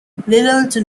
little